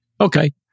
Okay